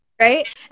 right